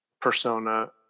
persona